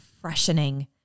freshening